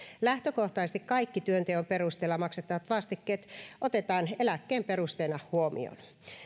lähtökohtaisesti kaikki työnteon perusteella maksettavat vastikkeet otetaan eläkkeen perusteena huomioon